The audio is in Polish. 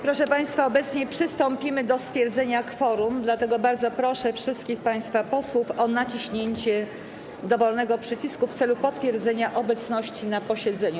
Proszę państwa, obecnie przystąpimy do stwierdzenia kworum, dlatego bardzo proszę wszystkich państwa posłów o naciśnięcie dowolnego przycisku w celu potwierdzenia obecności na posiedzeniu.